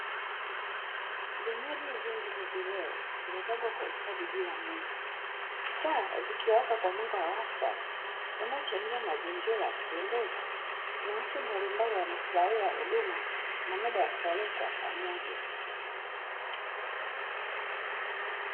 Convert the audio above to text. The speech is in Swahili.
Vinywaji vingi vya vileo vimepangwa kwa ustadi juu ya meza. Taa zikiwaka kwa mwanga wa wastani unaochangia mazingira ya kupendeza, na watu mbalimbali wanafurahia huduma na muda wa starehe kwa pamoja.